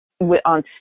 on